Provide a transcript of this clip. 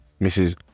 Mrs